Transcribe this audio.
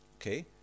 okay